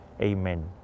Amen